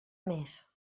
més